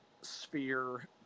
sphere